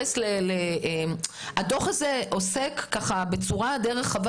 הדוח הזה עוסק בצורה רחבה